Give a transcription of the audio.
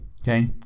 Okay